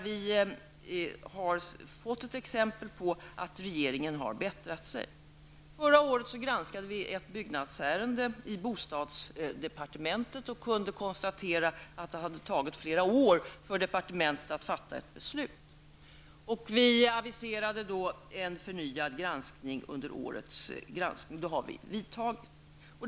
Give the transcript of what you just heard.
Vi har fått ett exempel på att regeringen har bättrat sig. Förra året granskade vi ett byggnadsärende i bostadsdepartementet och kunde konstatera att det hade tagit flera år för departementet att fatta ett beslut. Vi aviserade då en förnyad granskning och en sådan har vi också gjort.